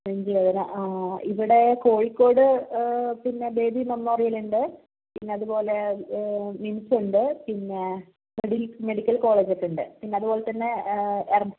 range പോയതാണോ ഇവിടെ കോഴിക്കോട് പിന്നെ ബേബി മെമ്മോറിയൽ ഉണ്ട് പിന്നെ അതുപോലെ മിംസ് ഉണ്ട് പിന്നെ മെഡി മെഡിക്കൽ കോളേജ് ഒക്ക് ഉണ്ട് പിന്നെ അതുപോലെ തന്നെ എർ